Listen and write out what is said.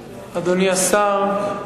תודה רבה, אדוני השר,